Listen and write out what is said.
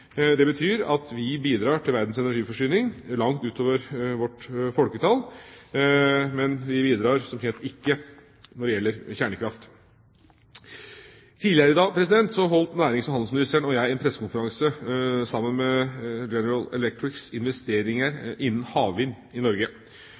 Det betyr at vi bidrar til verdens energiforsyning – langt utover vårt folketall – men vi bidrar som kjent ikke når det gjelder kjernekraft. Tidligere i dag holdt nærings- og handelsministeren og jeg en pressekonferanse sammen med General Electric om investeringer